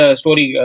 story